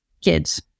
kids